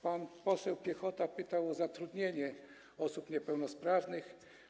Pan poseł Piechota pytał o kwestię zatrudnienia osób niepełnosprawnych.